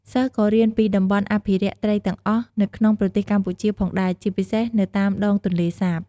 សិស្សក៏រៀនពីតំបន់អភិរក្សត្រីទាំងអស់នៅក្នុងប្រទេសកម្ពុជាផងដែរ ជាពិសេសនៅតាមដងទន្លេសាប។